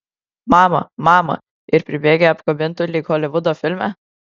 mama mama ir pribėgę apkabintų lyg holivudo filme